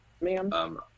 Ma'am